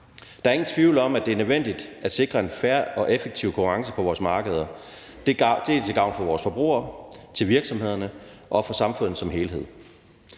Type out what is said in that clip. Der er ingen tvivl om, at det er nødvendigt at sikre en fair og effektiv konkurrence på vores markeder til gavn for vores forbrugere, virksomhederne og for samfundet som helhed.